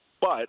but-